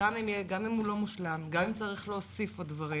גם אם הוא לא מושלם, גם אם צריך להוסיף עוד דברים.